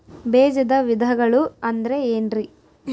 ಬೇಜದ ವಿಧಗಳು ಅಂದ್ರೆ ಏನ್ರಿ?